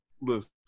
listen